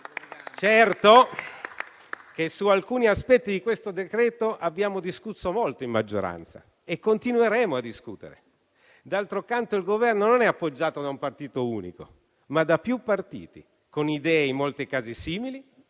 Certo che su alcuni aspetti di questo decreto abbiamo discusso molto e continueremo a discutere in maggioranza. D'altro canto, il Governo è appoggiato non da un partito unico, ma da più partiti con idee in molti casi simili,